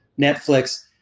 Netflix